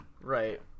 Right